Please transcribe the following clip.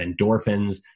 endorphins